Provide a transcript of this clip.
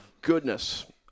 goodness